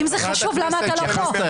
אם זה חשוב, למה אתה לא פה?